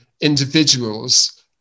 individuals